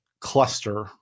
cluster